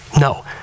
no